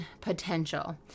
potential